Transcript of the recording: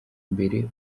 imbere